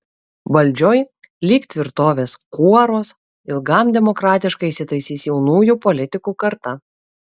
valdžioj lyg tvirtovės kuoruos ilgam demokratiškai įsitaisys jaunųjų politikų karta